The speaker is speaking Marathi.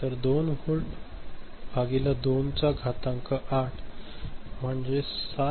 तर 2 व्होल्ट बाय 2 चा घातांक 8 म्हणजे 7